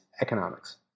economics